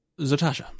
Zatasha